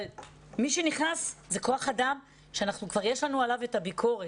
אבל מי שנכנס זה כוח אדם שכבר יש לנו עליו את הביקורת,